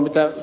mitä ed